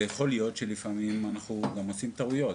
ויכול להיות שלפעמים אנחנו גם עושים טעויות.